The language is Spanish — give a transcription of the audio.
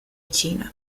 china